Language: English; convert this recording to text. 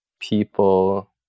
people